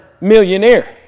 millionaire